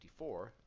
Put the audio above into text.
54